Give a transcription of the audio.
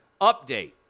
update